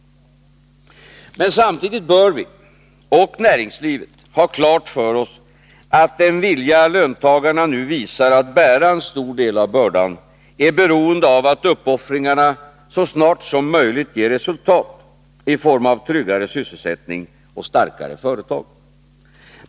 Samtidigt bör vi — och näringslivet — ha klart för oss att den vilja löntagarna nu visar att bära en stor del av bördan är beroende av att uppoffringarna så snart som möjligt ger resultat i form av tryggare sysselsättning och starkare företag.